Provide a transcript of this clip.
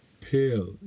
pale